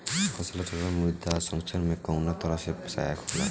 फसल चक्रण मृदा संरक्षण में कउना तरह से सहायक होला?